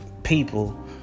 people